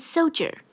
Soldier